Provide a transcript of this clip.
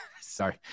sorry